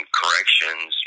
corrections